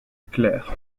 clerc